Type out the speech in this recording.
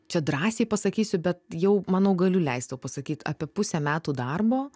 čia drąsiai pasakysiu bet jau manau galiu leist sau pasakyt apie pusę metų darbo